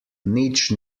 nič